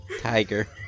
tiger